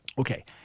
Okay